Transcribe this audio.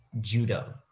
judo